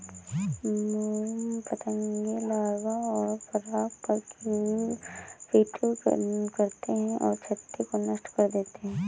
मोम पतंगे लार्वा और पराग पर फ़ीड करते हैं और छत्ते को नष्ट कर देते हैं